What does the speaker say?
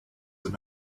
have